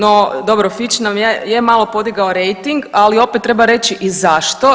Do dobro Fitch nam je, je malo podigao rejting ali opet treba reći i zašto.